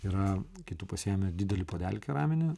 yra kai tu pasiemi didelį puodelį keraminį